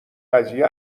قضیه